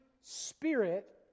spirit